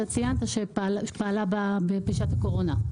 שפעלה בשעת הקורונה.